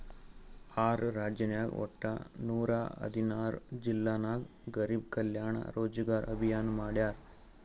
R ರಾಜ್ಯನಾಗ್ ವಟ್ಟ ನೂರಾ ಹದಿನಾರ್ ಜಿಲ್ಲಾ ನಾಗ್ ಗರಿಬ್ ಕಲ್ಯಾಣ ರೋಜಗಾರ್ ಅಭಿಯಾನ್ ಮಾಡ್ಯಾರ್